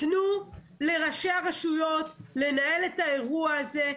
תנו לראשי הרשויות לנהל את האירוע הזה.